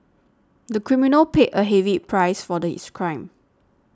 the criminal paid a heavy price for the his crime